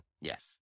Yes